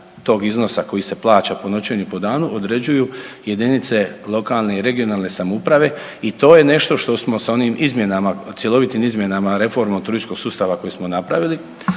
iznosa koji se plaća po noćenju i po danu određuju jedinice lokalne i regionalne samouprave i to je nešto što smo sa onim izmjenama, cjelovitim izmjenama reforma turističkog sustava koji smo napravili